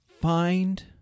Find